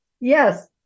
Yes